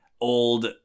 old